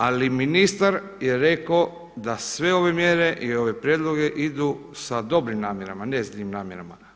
Ali ministar je rekao da sve ove mjere i ovi prijedlozi idu sa dobrim namjerama, ne zlim namjerama.